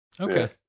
okay